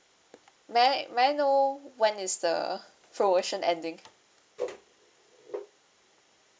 may I may I know when is the promotion ending